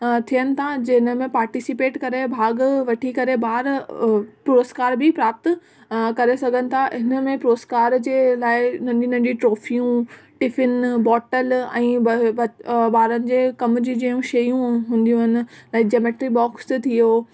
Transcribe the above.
थियनि था जिनमें पार्टीसिपेट करे भाग वठी करे ॿार पुरुस्कार प्राप्त करे सघनि हिनमें पुरुस्कार जे लाइ नंढी नंढी ट्रोफ़ियूं टिफ़िन बॉटल ऐं ब ब ॿारनि जे कम जूं शयूं हूंदियूं ह न ऐं जमेट्री बॉक्स थी वियो